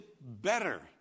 better